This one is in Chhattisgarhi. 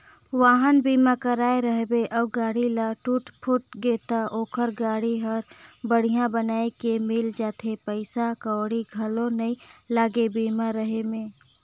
वाहन बीमा कराए रहिबे अउ गाड़ी ल टूट फूट गे त ओखर गाड़ी हर बड़िहा बनाये के मिल जाथे पइसा कउड़ी घलो नइ लागे बीमा रहें में